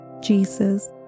Jesus